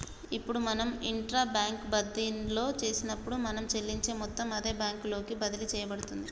ఇప్పుడు మనం intra bank బదిన్లో చేసినప్పుడు మనం చెల్లించే మొత్తం అదే బ్యాంకు లోకి బదిలి సేయబడుతుంది